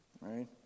right